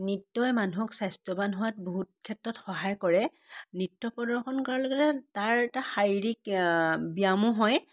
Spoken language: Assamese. নৃত্যই মানুহক স্বাস্থ্যৱান হোৱাত বহুত ক্ষেত্ৰত সহায় কৰে নৃত্য প্ৰদৰ্শন কৰাৰ লগে লগে তাৰ এটা শাৰীৰিক ব্যায়ামো হয়